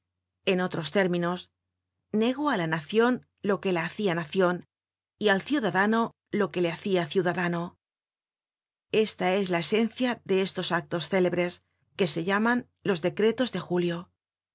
en otros términos negó á la nacion lo que la hacia nacion y al ciudadano lo que le hacia ciudadano esta es la esencia de esos actos célebres que se llaman los decretos de julio